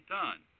done